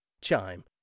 Chime